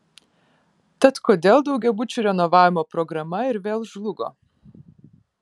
tad kodėl daugiabučių renovavimo programa ir vėl žlugo